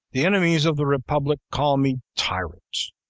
the enemies of the republic call me tyrant!